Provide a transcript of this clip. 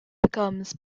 becomes